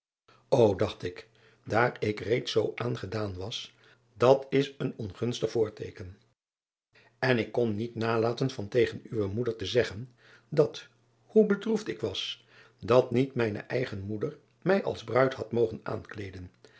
o acht ik daar ik reeds zoo aangedaan was dat is een ongunstig voorteeken en ik kon niet nalaten van tegen uwe moeder te zeggen dat hoe bedroefd ik was dat niet mijne eigen moeder mij als bruid had